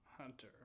Hunter